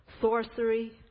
sorcery